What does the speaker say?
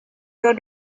your